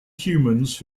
humans